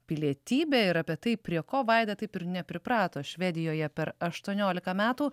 pilietybė ir apie tai prie ko vaida taip ir nepriprato švedijoje per aštuoniolika metų